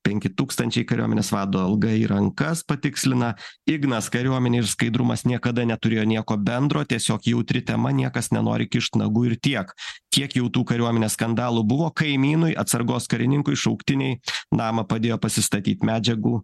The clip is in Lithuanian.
penki tūkstančiai kariuomenės vado alga į rankas patikslina ignas kariuomenė ir skaidrumas niekada neturėjo nieko bendro tiesiog jautri tema niekas nenori kišt nagų ir tiek kiek jau tų kariuomenės skandalų buvo kaimynui atsargos karininkui šauktiniai namą padėjo pasistatyt medžiagų